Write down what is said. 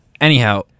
Anyhow